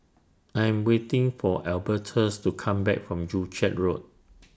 I'm waiting For Albertus to Come Back from Joo Chiat Road